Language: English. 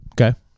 Okay